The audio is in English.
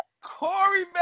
Corey